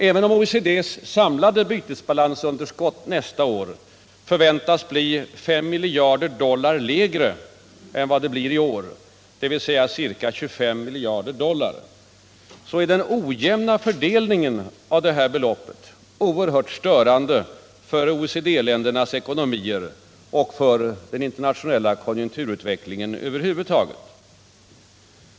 Även om OECD:s samlade bytesbalansunderskott nästa år förväntas bli 5 miljarder dollar lägre än vad det blir i år, dvs. ca 25 miljarder dollar, är den ojämna fördelningen av detta belopp oerhört störande för OECD-ländernas ekonomier och för den internationella konjunkturutvecklingen över huvud taget.